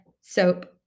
soap